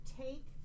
take